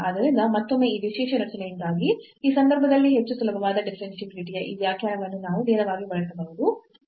ಆದ್ದರಿಂದ ಮತ್ತೊಮ್ಮೆ ಈ ವಿಶೇಷ ರಚನೆಯಿಂದಾಗಿ ಈ ಸಂದರ್ಭದಲ್ಲಿ ಹೆಚ್ಚು ಸುಲಭವಾದ ಡಿಫರೆನ್ಷಿಯಾಬಿಲಿಟಿ ಯ ಈ ವ್ಯಾಖ್ಯಾನವನ್ನು ನಾವು ನೇರವಾಗಿ ಬಳಸಬಹುದು